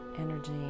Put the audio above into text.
energy